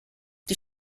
die